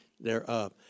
thereof